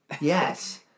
Yes